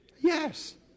yes